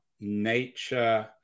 nature